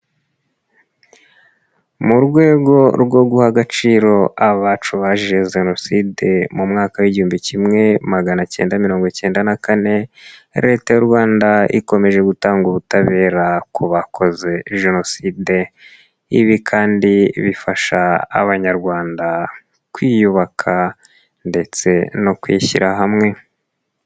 Mu rwego rwo guha agaciro abacu bazize Jenoside mu mwaka w'igihumbi kimwe magana cyenda mirongo icyenda na kane, Leta y'u Rwanda ikomeje gutanga ubutabera ku bakoze Jenoside, ibi kandi bifasha Abanyarwanda kwiyubaka ndetse no kwishyira hamwe.